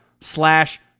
slash